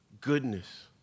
goodness